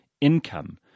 income